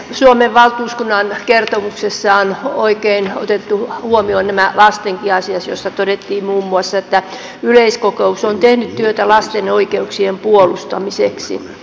suomen valtuuskunnan kertomuksessa on oikein otettu huomioon lastenkin asiat joista todettiin muun muassa että yleiskokous on tehnyt työtä lasten oikeuksien puolustamiseksi